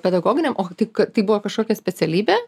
pedagoginiam o tai k tai buvo kažkokia specialybė